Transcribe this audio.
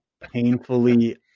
painfully